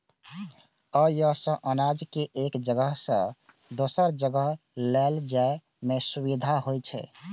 अय सं अनाज कें एक जगह सं दोसर जगह लए जाइ में सुविधा होइ छै